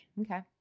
Okay